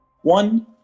One